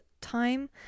time